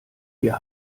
wir